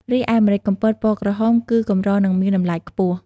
រីឯម្រេចកំពតពណ៌ក្រហមគឺកម្រ និងមានតម្លៃខ្ពស់។